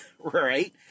right